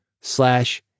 slash